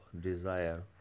desire